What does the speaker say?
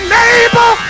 neighbor